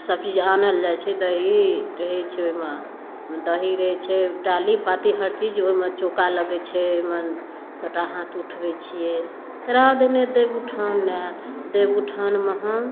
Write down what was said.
सबचीज आनल जाए छै दही रहै छै ओहिमे दही रहै छै डाली पाती हर चीज ओहिमे चौका लगै छै ओहिमे सबटा हाथ उठबै छिए तकर बाद देवउठान आएल देवउठानमे हम